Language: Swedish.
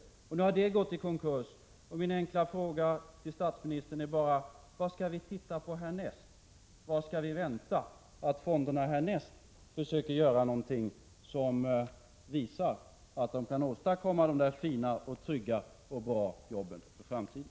Nu har också det företaget gått i konkurs, och min enkla fråga till statsministern är: Vad skall vi titta på härnäst? Var skall vi vänta att fonderna gör någonting som visar att de kan åstadkomma de där fina och trygga och bra jobben för framtiden?